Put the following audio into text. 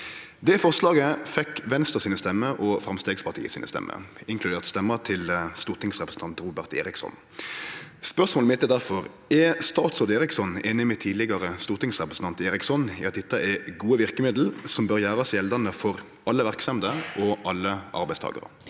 og erklæringsdebatt, andre dag 145 stegspartiet sine stemmer, inkludert stemma til stortingsrepresentant Robert Eriksson. Spørsmålet mitt er derfor: Er statsråd Eriksson einig med tidlegare stortingsrepresentant Eriksson i at dette er gode verkemiddel som bør gjerast gjeldande for alle verksemder og alle arbeidstakarar?